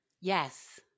Yes